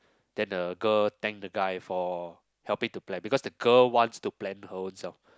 then the girl thank the guy for helping to plan because the girl wants to plan her ownself